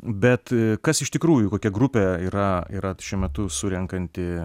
bet kas iš tikrųjų kokia grupė yra yra šiuo metu surenkanti